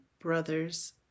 brothers